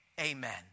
amen